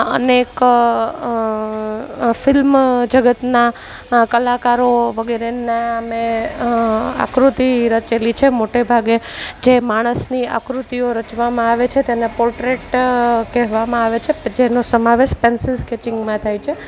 અનેક ફિલ્મ જગતના કલાકારો વગેરેના મેં આકૃતિ રચેલી છે મોટે ભાગે જે માણસની આકૃતિઓ રચવામાં આવે છે તેના પોટ્રેટ કહેવામાં આવે છે જેનો સમાવેશ પેન્સિલ સ્કેચિંગમાં થાય છે